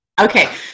Okay